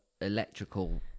electrical